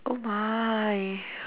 oh my